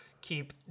keep